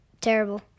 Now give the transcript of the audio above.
Terrible